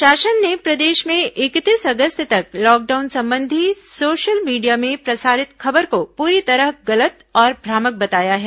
शासन ने प्रदेश में इकतीस अगस्त तक लॉकडाउन संबंधी सोशल मीडिया में प्रसारित खबर को पूरी तरह गलत और भ्रामक बताया है